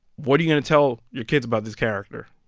what are you going to tell your kids about this character,